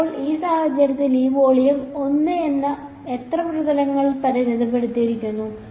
ഇപ്പോൾ ഈ സാഹചര്യത്തിൽ ഈ വോള്യം ഒന്ന് എത്ര പ്രതലങ്ങളാൽ പരിമിതപ്പെടുത്തിയിരിക്കുന്നു